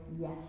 yes